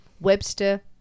Webster